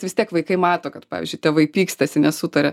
vis tiek vaikai mato kad pavyzdžiui tėvai pykstasi nesutaria